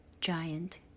giant